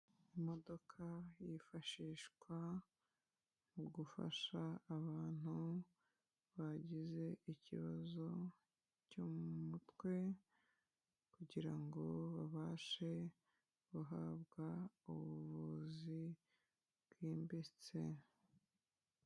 Imodoka yifashishwa mu gufasha abantu bagize ikibazo cyo mu mutwe kugirango babashe guhabwa ubuvuzi bwimbitse.